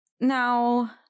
now